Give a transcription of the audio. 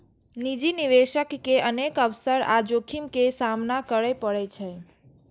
निजी निवेशक के अनेक अवसर आ जोखिम के सामना करय पड़ै छै